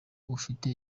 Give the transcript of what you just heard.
ufite